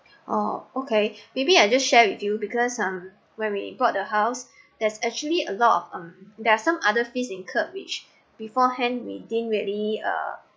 oh okay maybe I just share with you because um when we bought the house there's actually a lot of um there are some other fees incurred which beforehand we didn't really uh